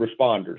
responders